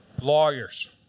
lawyers